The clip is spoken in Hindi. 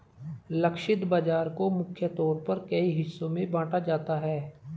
लक्षित बाजार को मुख्य तौर पर कई हिस्सों में बांटा जाता है